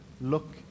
look